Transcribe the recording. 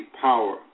power